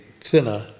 thinner